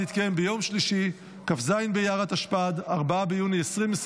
התשפ"ד 2024,